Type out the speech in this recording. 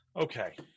Okay